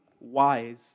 wise